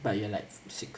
but you like seek